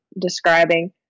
describing